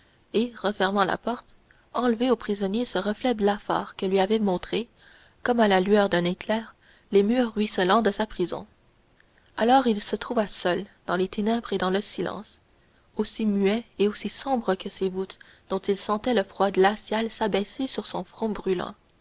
et refermant la porte enlevé au prisonnier ce reflet blafard qui lui avait montré comme à la lueur d'un éclair les murs ruisselants de sa prison alors il se trouva seul dans les ténèbres et dans le silence aussi muet et aussi sombre que ces voûtes dont il sentait le froid glacial s'abaisser sur son front brûlant